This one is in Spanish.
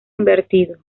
invertido